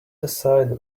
decide